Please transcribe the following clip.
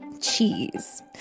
cheese